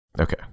Okay